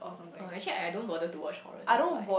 oh actually I I don't bother to watch horror that's why